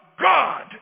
God